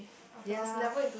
ya